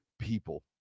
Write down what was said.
people